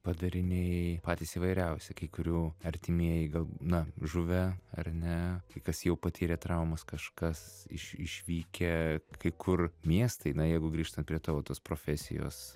padariniai patys įvairiausi kai kurių artimieji gal na žuvę ar ne kai kas jau patyrė traumas kažkas iš išvykę kai kur miestai na jeigu grįžtant prie tavo tos profesijos